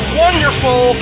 wonderful